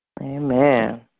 Amen